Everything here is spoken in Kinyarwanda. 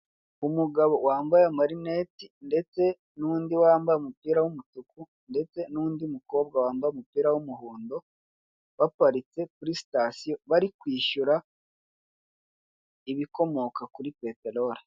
Umugabo wambaye amarinete ndetse n'undi wambaye umupira w'umutuku ndetse n'undi mukobwa wambaye umupira w'umuhondo baparitse kuri sitasiyo bari kwishyura ubukomoka kuri peteroli.